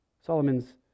Solomon's